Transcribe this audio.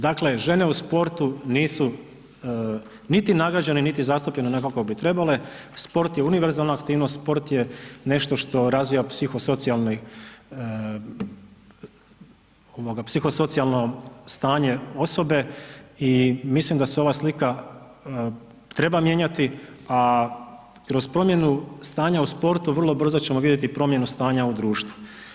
Dakle, žene u sportu u sportu nisu niti nagrađene, niti zastupljene onako kako bi trebale, spor je univerzalan aktivnost, sport je nešto što razvija psihosocijalno stanje osobe i mislim da se ova slika treba mijenjati, a kroz promjenu stanja u sportu vrlo brzo ćemo vidjeti promjenu stanja u društvu.